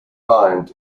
kind